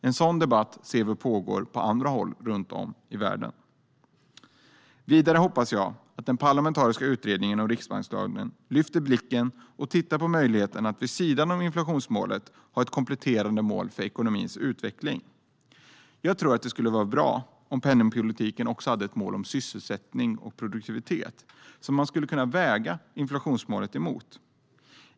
En sådan debatt pågår på andra håll runt om i världen. Utvärdering av penningpolitiken för perioden 2014-2016 Vidare hoppas jag att den parlamentariska utredningen om riksbankslagen lyfter blicken och tittar på möjligheten att vid sidan om inflationsmålet ha ett kompletterande mål för ekonomins utveckling. Jag tror att det skulle vara bra om penningpolitiken också hade ett mål om sysselsättning och produktivitet som man skulle kunna väga inflationsmålet mot.